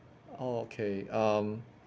okay um